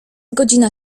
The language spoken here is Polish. godzina